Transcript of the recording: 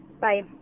Bye